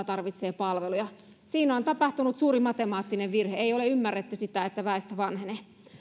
tarvitsee palveluja siinä on tapahtunut suuri matemaattinen virhe ei ole ymmärretty sitä että väestö vanhenee